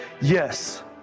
Yes